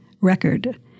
record